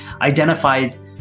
identifies